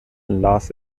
las